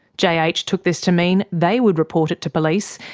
jh ah jh took this to mean they would report it to police,